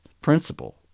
principle